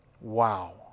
Wow